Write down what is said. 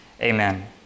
Amen